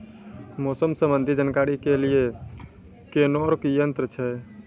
मौसम संबंधी जानकारी ले के लिए कोनोर यन्त्र छ?